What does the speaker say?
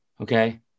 Okay